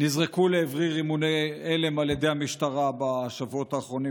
נזרקו לעברי רימוני הלם על ידי המשטרה בשבועות האחרונים